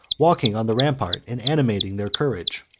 walking on the rampart and animating their courage.